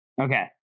Okay